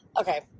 Okay